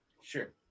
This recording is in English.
Sure